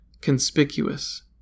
conspicuous